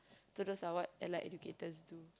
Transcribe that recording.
so those are what Allied-Educators do